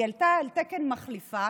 היא הייתה על תקן מחליפה